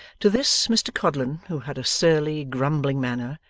to this mr codlin, who had a surly, grumbling manner,